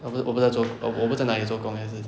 err 我不我不做我不在那里做工也是